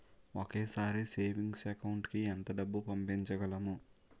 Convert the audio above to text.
ఒకేసారి savings account కి ఎంత డబ్బు పంపించగలము?